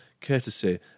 courtesy